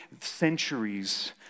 centuries